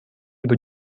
über